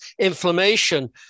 Inflammation